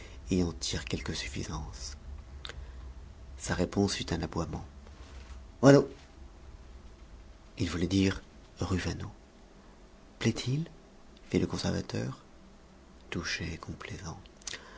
et en tire quelque suffisance sa réponse fut un aboiement uaneau il voulait dire rue vaneau plaît-il fit le conservateur touché